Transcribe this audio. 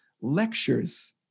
lectures